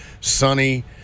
sunny